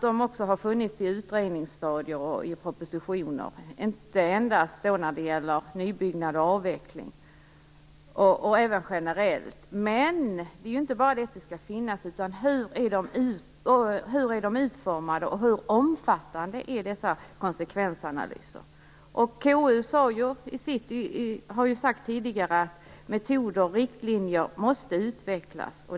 De har även funnits på utredningsstadier och i propositioner, och inte endast när det gäller nybyggnad och avveckling. Men det är ju inte bara det att de skall finnas. Det gäller ju också hur dessa konsekvensanalyser är utformade och hur omfattande de är. KU har ju sagt tidigare att metoder och riktlinjer måste utvecklas.